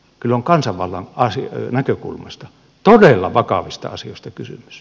kyllä on kansanvallan näkökulmasta todella vakavista asioista kysymys